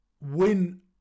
win